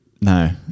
No